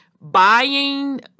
buying